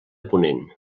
ponent